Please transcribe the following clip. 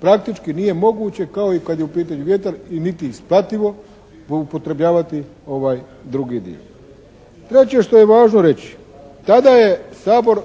praktički nije moguće kao i kad je u pitanju vjetar i niti isplativo upotrebljavati ovaj drugi dio. Treće što je važno reći. Tada je Sabor